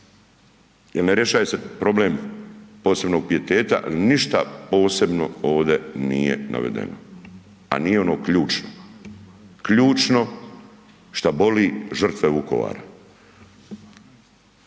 jer ne rješava se problem posebnog pijeteta, ništa posebno ovdje nije navedeno. A nije ono ključno, ključno što boli žrtve Vukovara.